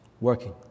working